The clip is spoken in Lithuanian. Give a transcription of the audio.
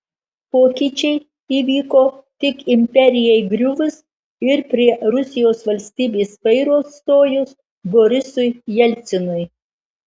pokyčiai įvyko tik imperijai griuvus ir prie rusijos valstybės vairo stojus borisui jelcinui